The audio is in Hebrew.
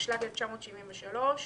התשל"ג 1973 כך: